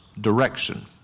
direction